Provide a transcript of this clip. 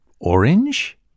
orange